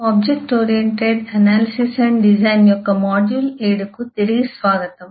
object oriented విశ్లేషణ మరియు రూపకల్పన యొక్క మాడ్యూల్ 7 కు తిరిగి స్వాగతం